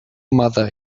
mother